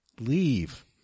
leave